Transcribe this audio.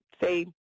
say